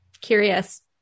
Curious